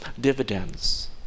dividends